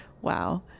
Wow